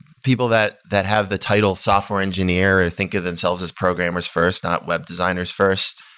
people that that have the title software engineer, or think of themselves as programmers first, not web designers first,